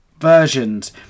versions